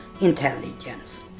intelligence